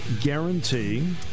Guarantee